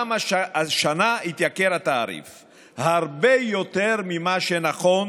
גם השנה יתייקר התעריף הרבה יותר ממה שנכון